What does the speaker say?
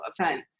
offense